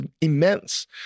immense